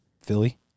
Philly